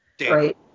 right